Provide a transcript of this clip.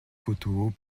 photos